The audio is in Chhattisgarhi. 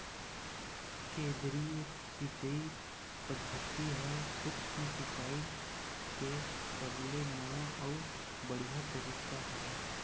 केदरीय सिचई पद्यति ह सुक्ष्म सिचाई के सबले नवा अउ बड़िहा तरीका हरय